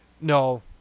No